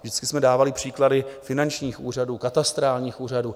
Vždycky jsme dávali příklady finančních úřadů, katastrálních úřadů.